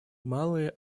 малые